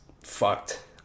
fucked